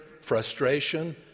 frustration